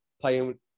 playing